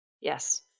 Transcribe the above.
Yes